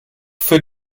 für